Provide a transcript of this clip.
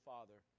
Father